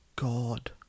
God